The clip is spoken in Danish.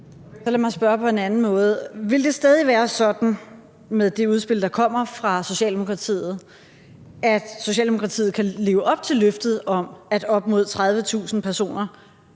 Så lad mig spørge på en anden måde: Vil det stadig være sådan med det udspil, der kommer fra Socialdemokratiet, at Socialdemokratiet kan leve op til løftet om, at op imod 30.000 personer